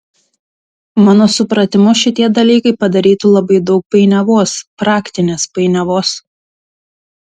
mano supratimu šitie dalykai padarytų labai daug painiavos praktinės painiavos